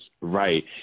right